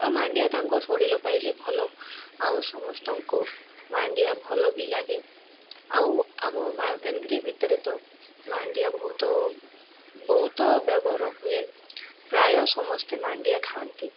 ଆଉ ମାଣ୍ଡିଆ ତାଙ୍କୁ ଶରୀର ପାଇଁ ବି ଭଲ ଆଉ ସମସ୍ତଙ୍କୁ ମାଣ୍ଡିଆ ଭଲ ବି ଲାଗେ ଆଉ ଆମ ମାଲକାନଗିରି ଭିତରେ ତ ମାଣ୍ଡିଆ ବହୁତ ବହୁତ ବ୍ୟବହାର ହୁଏ ପ୍ରାୟ ସମସ୍ତେ ମାଣ୍ଡିଆ ଖାଆନ୍ତି